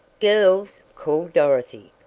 girls, called dorothy,